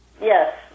Yes